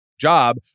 job